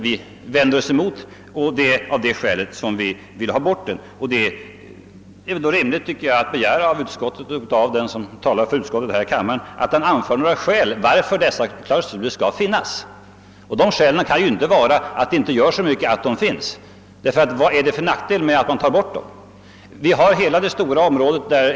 Vi vänder oss emot den principen, och det är därför vi vill ha bort organisationsklausulen. Det är då rimligt att begära av utskottet och den som talar för utskottet här i kammaren att vi får höra vilka skäl som kan åberopas emot denna tanke och för att organisationsklausulen bör finnas kvar. Skälet kan ju inte vara att det inte gör så mycket att organisationsklausulen finns. Vad innebär det för nackdel att ta bort den?